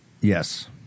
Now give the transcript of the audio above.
Yes